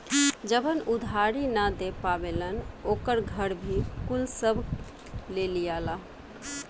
जवन उधारी ना दे पावेलन ओकर घर भी कुल सब ले लियाला